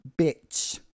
bitch